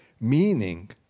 meaning